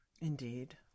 Indeed